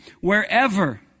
wherever